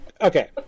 Okay